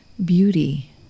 Beauty